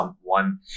one